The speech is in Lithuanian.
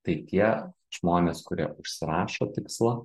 tai tie žmonės kurie užsirašo tikslą